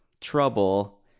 trouble